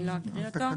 אני לא אקריא אותו.